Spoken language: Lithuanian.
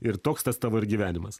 ir toks tas tavo ir gyvenimas